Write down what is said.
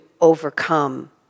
overcome